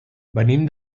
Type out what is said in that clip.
venim